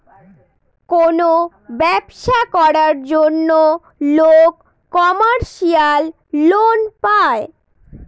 কোনো ব্যবসা করার জন্য লোক কমার্শিয়াল লোন পায়